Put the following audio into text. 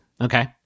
Okay